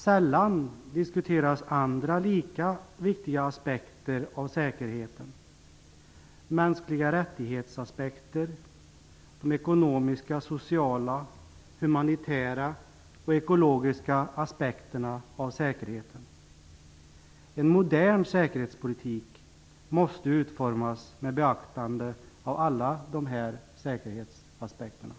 Sällan diskuteras andra lika viktiga aspekter av säkerheten, dvs. mänskliga rättigheter, ekonomiska, sociala, humanitära och ekologiska aspekter av säkerheten. En modern säkerhetspolitik måste utformas med beaktande av alla dessa säkerhetsaspekterna.